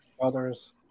others